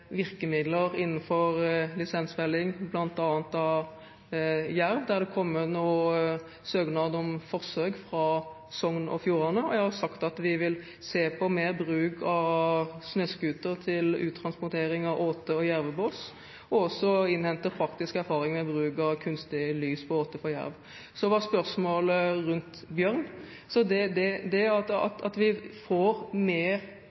virkemidler innenfor lisensfelling, bl.a. når det gjelder jerv. Her er det nå kommet søknad om forsøk fra Sogn og Fjordane. Jeg har sagt at vi vil se på mer bruk av snøscooter til uttransportering av åte og jervebås, og også innhente praktisk erfaring med bruk av kunstig lys på åte for jerv. Spørsmålet gjaldt bjørn. Det at vi får en mer